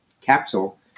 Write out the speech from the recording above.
capsule